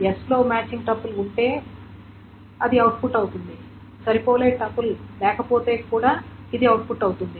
కాబట్టి s లో matching tuple ఉంటే మంచిది ఇది అవుట్పుట్ అవుతుంది సరిపోలే టపుల్ లేకపోతే కూడా ఇది అవుట్పుట్ అవుతుంది